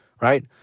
right